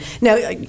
Now